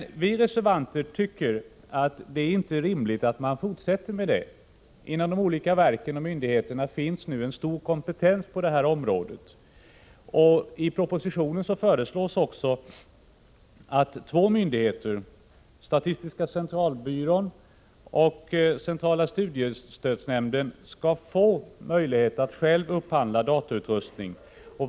Vi reservanter tycker inte att det är rimligt att fortsätta med detta system. Inom de olika verken och myndigheterna finns nu en stor kompetens på'detta område. I propositionen föreslås också att två myndigheter, statistiska centralbyrån och centrala studiestödsnämnden, skall få möjlighet att själva upphandla datautrustning.